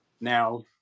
Now